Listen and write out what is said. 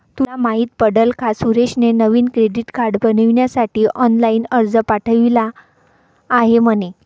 तुला माहित पडल का सुरेशने नवीन क्रेडीट कार्ड बनविण्यासाठी ऑनलाइन अर्ज पाठविला आहे म्हणे